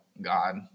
God